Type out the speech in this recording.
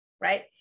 right